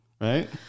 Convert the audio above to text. right